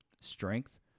strength